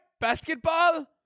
basketball